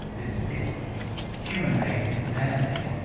it's it's human-made, it's man-made,